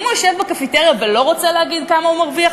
אם הוא יושב בקפיטריה ולא רוצה להגיד כמה הוא מרוויח,